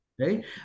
Right